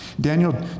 Daniel